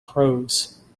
prose